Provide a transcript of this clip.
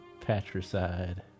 patricide